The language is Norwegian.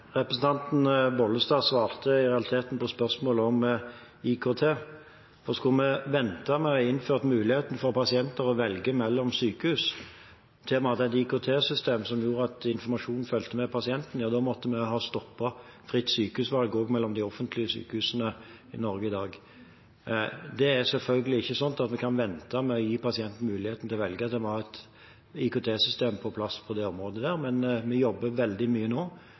Representanten Bollestad svarte i realiteten på spørsmålet om IKT, for skulle vi ha ventet med å innføre muligheten for pasienten til å velge mellom sykehus til vi hadde et IKT-system som gjorde at informasjonen fulgte med pasienten, måtte vi også ha stoppet fritt sykehusvalg mellom de offentlige sykehusene i Norge i dag. Det er selvfølgelig ikke sånn at vi kan vente med å gi pasienten muligheten til å velge. Det må være et IKT-system på plass på det området, men vi jobber veldig mye nå